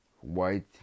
white